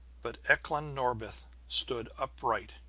but eklan norbith stood upright,